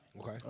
Okay